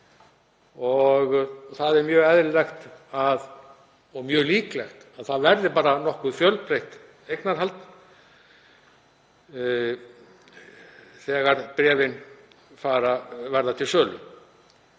og það er mjög eðlilegt og mjög líklegt að það verði nokkuð fjölbreytt eignarhald þegar bréfin verða til sölu.